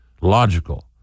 Logical